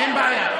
אין בעיה.